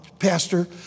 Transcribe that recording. pastor